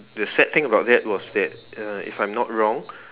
the sad thing about that was that uh if I'm not wrong